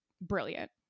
Brilliant